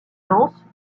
lance